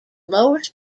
lowers